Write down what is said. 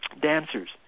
dancers